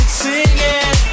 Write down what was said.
singing